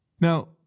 Now